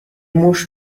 موش